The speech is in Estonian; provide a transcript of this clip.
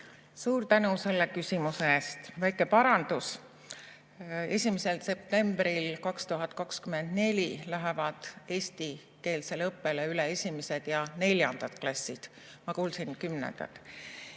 Suur tänu selle küsimuse eest! Väike parandus. 1. septembril 2024 lähevad eestikeelsele õppele üle esimesed ja neljandad klassid, ma kuulsin kümnendad.